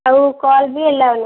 ଆଉ କଲ୍ ବି ଏଲାଓ ନାଇଁ